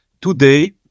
today